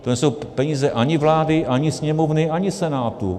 To nejsou peníze ani vlády, ani Sněmovny, ani Senátu.